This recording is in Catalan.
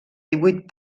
divuit